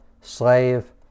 slave